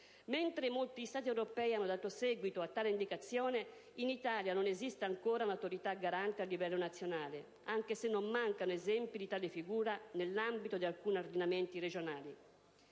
Mentre molti Stati europei hanno dato seguito a tale indicazione, in Italia non esiste ancora un'Autorità garante a livello nazionale, anche se non mancano esempi di tale figura nell'ambito di alcuni ordinamenti regionali.